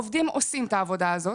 העובדים עושים את העבודה הזאת.